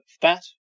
Fat